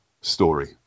story